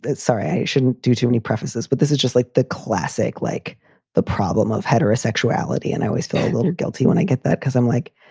sorry, i shouldn't do too many prefaces, but this is just like the classic like the problem of heterosexuality. and i always felt a little guilty when i get that because i'm like,